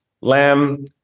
lamb